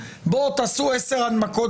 תעשו עשר הנמקות